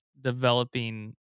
developing